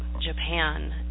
Japan